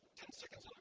ten seconds